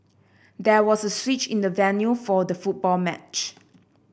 there was a switch in the venue for the football match